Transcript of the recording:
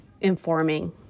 informing